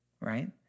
Right